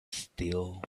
still